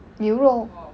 牛肉